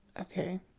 okay